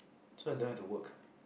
so I don't have to work